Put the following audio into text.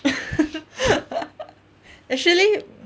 actually